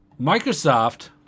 Microsoft